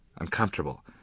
uncomfortable